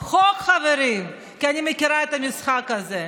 חוק, חברים, כי אני מכירה את המשחק הזה.